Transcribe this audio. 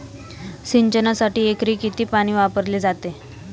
सिंचनासाठी एकरी किती पाणी वापरले जाते?